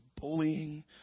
bullying